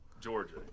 georgia